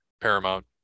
Paramount